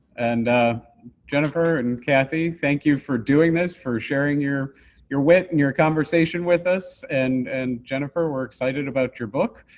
and jennifer and and kathy, thank you for doing this, for sharing your your wit and your conversation with us. and and jennifer, we're excited about your book,